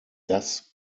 das